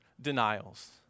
denials